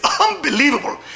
unbelievable